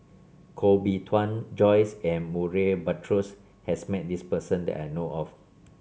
Koh Bee Tuan Joyce and Murray Buttrose has met this person that I know of